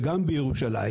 וגם בירושלים,